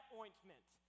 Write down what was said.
ointment